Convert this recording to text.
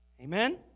Amen